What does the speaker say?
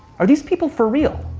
are these people for real?